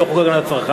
לא חוק הגנת הצרכן.